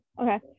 Okay